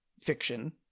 fiction